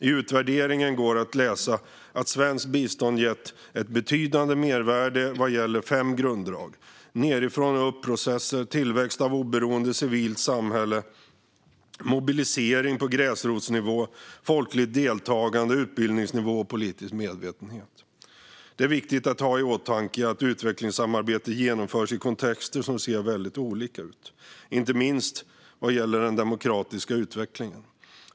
I utvärderingen går att läsa att svenskt bistånd gett ett betydande mervärde vad gäller fem grunddrag: nedifrån-och-upp-processer, tillväxt av oberoende civilt samhälle, mobilisering på gräsrotsnivå/folkligt deltagande, utbildningsnivå och politisk medvetenhet. Det är viktigt att ha i åtanke att utvecklingssamarbetet genomförs i kontexter som ser väldigt olika ut, inte minst vad gäller den demokratiska utvecklingen.